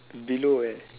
below where